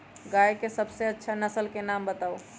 गाय के सबसे अच्छा नसल के नाम बताऊ?